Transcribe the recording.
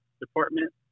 department